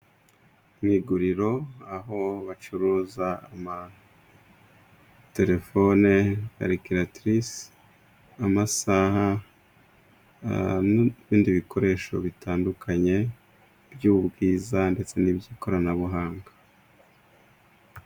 Mu iguriro aho bacuruza amaterefone, karikiratirise, amasaha n'ibindi bikoresho bitandukanye by'ubwiza, ndetse n'iby'ikoranabuhanga.